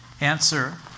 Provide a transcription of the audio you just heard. Answer